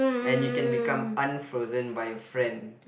and you can become unfrozen by your friend